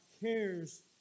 cares